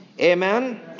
Amen